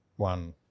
one